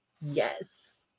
Yes